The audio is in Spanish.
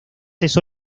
eso